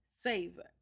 savor